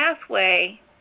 pathway